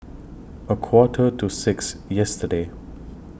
A Quarter to six yesterday